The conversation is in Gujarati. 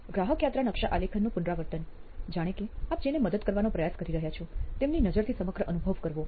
ગ્રાહક યાત્રા નકશા આલેખનનું પુનરાવર્તન જાણે કે આપ જેને મદદ કરવાનો પ્રયાસ કરી રહ્યાં છો તેમની નજરથી સમગ્ર અનુભવ કરવો